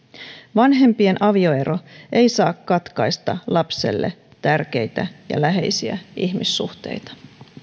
vanhempien avioero ei saa katkaista lapselle tärkeitä ja läheisiä ihmissuhteita